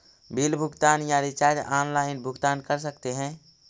Bill भुगतान या recharge online भुगतान कर सकते हैं?